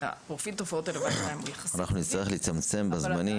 פרופיל תועפות הלוואי שלהן יהיה --- אנחנו נצטרך לצמצם בזמנים